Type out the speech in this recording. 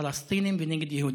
פלסטינים ונגד יהודים,